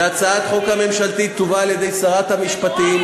והצעת החוק הממשלתית תובא על-ידי שרת המשפטים.